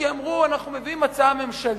כי אמרו: אנחנו מביאים הצעה ממשלתית.